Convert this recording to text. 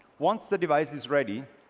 once the device is ready,